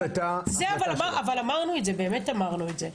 אמרנו את זה.